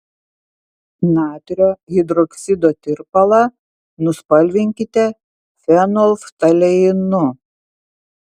natrio hidroksido tirpalą nuspalvinkite fenolftaleinu